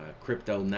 ah crypto